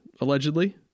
Allegedly